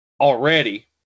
already